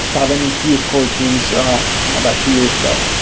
kotlin introduced core teams about two years ago,